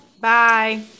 Bye